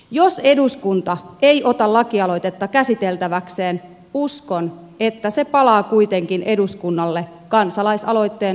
jos eduskunta ei ota lakialoitetta käsiteltäväkseen uskon että se palaa kuitenkin eduskunnalle kansalaisaloitteen muodossa